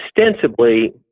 ostensibly